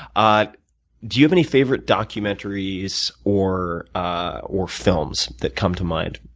ah but do you have any favorite documentaries or ah or films that come to mind?